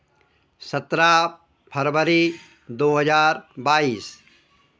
सत्रह फरवरी दो हज़ार बाइस